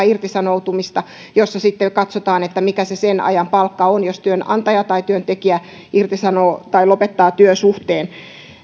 irtisanoutumista jossa sitten katsotaan mikä sen ajan palkka on jos työnantaja tai työntekijä lopettaa työsuhteen